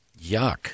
Yuck